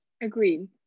Agreed